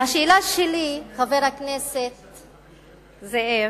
השאלה שלי, חבר הכנסת זאב,